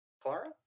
Clara